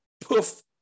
poof